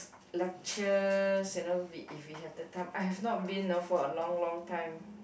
lectures you know if you have the time I have not been you know for a long long time